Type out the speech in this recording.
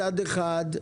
מצד אחד,